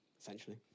essentially